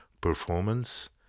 performance